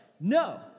No